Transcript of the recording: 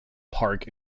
park